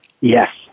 Yes